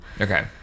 Okay